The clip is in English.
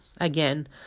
Again